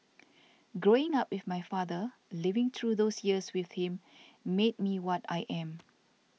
growing up with my father living through those years with him made me what I am